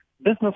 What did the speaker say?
Business